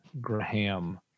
Graham